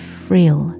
frail